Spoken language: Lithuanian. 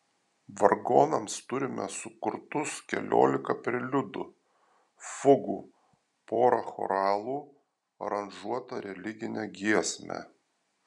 vargonams turime sukurtus keliolika preliudų fugų porą choralų aranžuotą religinę giesmę